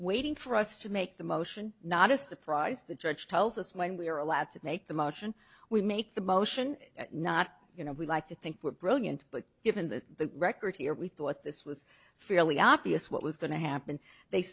waiting for us to make the motion not a surprise the judge tells us when we are allowed to make the motion we make the motion not you know we like to think we're brilliant but given the record here we thought this was fairly obvious what was going to happen they